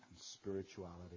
spirituality